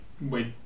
wait